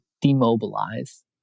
demobilize